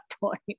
point